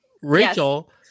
Rachel